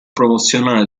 promozionale